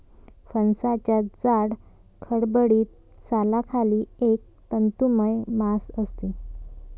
फणसाच्या जाड, खडबडीत सालाखाली एक तंतुमय मांस असते